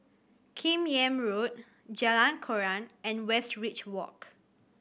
Kim Yam Road Jalan Koran and Westridge Walk